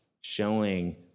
showing